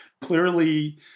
clearly